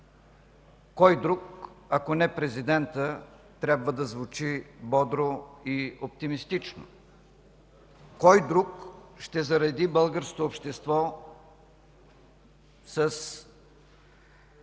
кой друг, ако не президентът, трябва да звучи бодро и оптимистично? Кой друг ще зареди българското общество с